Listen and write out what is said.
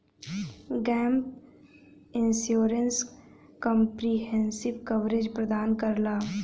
gap insurance comprehensive coverage प्रदान करला